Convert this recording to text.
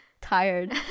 tired